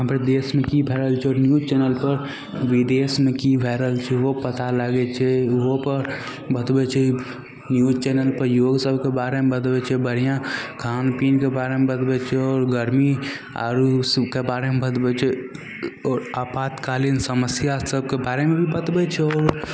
हमर देशमे कि भै रहल छै और न्यूज चैनलपर विदेशमे कि भै रहल छै ओहो पता लागै छै ओहोपर बतबै छै न्यूज चैनलपर योग सबके बारेमे बतबै छै बढ़िआँ खान पिनके बारेमे बतबै छै आओर गरमी आओर ओसबके बारेमे बतबै छै आओर आपातकालीन समस्या सबके बारेमे भी बतबै छै आओर